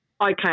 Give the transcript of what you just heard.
Okay